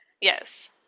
Yes